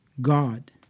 God